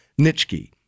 Nitschke